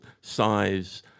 size